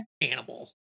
animal